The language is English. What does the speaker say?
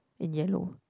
in yellow